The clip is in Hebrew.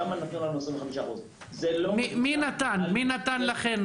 שם נתנו לנו 25%. מי נתן לכם?